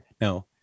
No